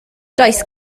does